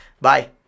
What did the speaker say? Bye